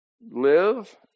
live